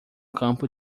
campo